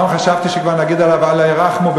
פעם חשבתי שכבר נגיד עליו אללה ירחמו,